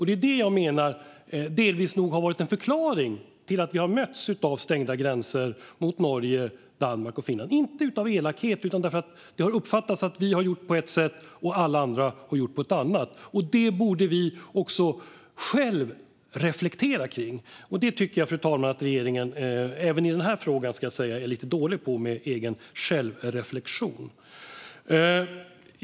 Det är det jag menar nog delvis har varit en förklaring till att vi har mötts av stängda gränser mot Norge, Danmark och Finland - inte av elakhet utan för att det har uppfattats som att vi har gjort på ett sätt och alla andra på ett annat. Det borde vi också själva reflektera över. Jag tycker, fru talman, att regeringen även i den här frågan är lite dålig på just självreflektion.